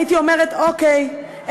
הייתי אומרת: אוקיי,